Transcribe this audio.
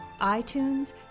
iTunes